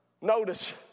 Notice